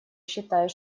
считает